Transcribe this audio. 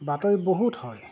বাতৰি বহুত হয়